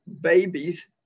babies